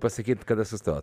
pasakyt kada sustot